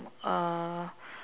uh